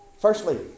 firstly